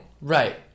Right